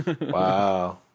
Wow